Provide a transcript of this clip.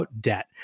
debt